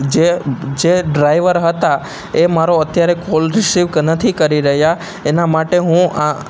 જે જે ડ્રાઈવર હતા એ મારો અત્યારે કોલ રિસીવ નથી કરી રહ્યા એના માટે હું આ